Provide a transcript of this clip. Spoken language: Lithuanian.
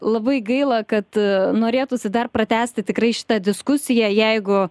labai gaila kad norėtųsi dar pratęsti tikrai šitą diskusiją jeigu